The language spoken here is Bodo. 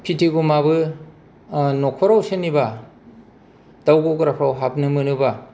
फिथिगमाबो न'खराव सोरनिबा दाउ गग्राफोराव हाबनो मोनोब्ला